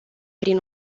prin